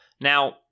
Now